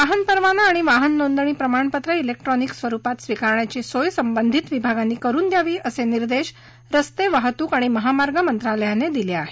वाहन परवाना अणि वाहन नोंदणीप्रमाणपत्र व्रिक्ट्रॉनिक स्वरुपात स्वीकारण्याची सोय संबंधित विभागांनी करुन द्यावी असे निर्देश रस्ते वाहतूक आणि महामार्ग मंत्रालयाने दिले आहेत